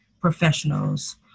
professionals